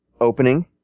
opening